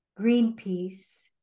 Greenpeace